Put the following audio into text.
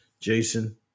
Jason